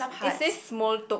it's says Smol-Tok